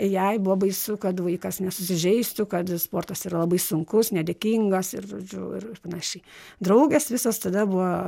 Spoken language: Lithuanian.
jai buvo baisu kad vaikas nesusižeistų kad sportas yra labai sunkus nedėkingas ir žodžiu ir panašiai draugės visos tada buvo